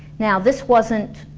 now this wasn't